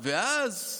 ואז,